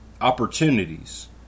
opportunities